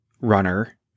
runner